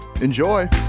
Enjoy